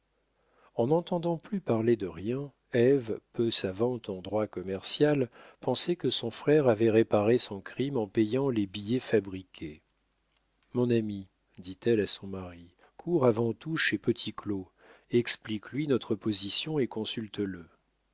en n'entendant plus parler de rien ève peu savante en droit commercial pensait que son frère avait réparé son crime en payant les billets fabriqués mon ami dit-elle à son mari cours avant tout chez petit claud explique lui notre position et consulte le mon